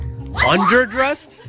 Underdressed